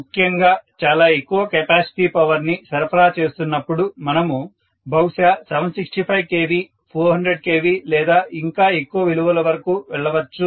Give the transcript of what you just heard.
ముఖ్యంగా చాలా ఎక్కువ కెపాసిటీ పవర్ ని సరఫరా చేస్తున్నప్పుడు మనము బహుశా 765 KV 400 KV లేదా ఇంకా ఎక్కువ విలువల వరకు వెళ్లొచ్చు